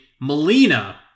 Melina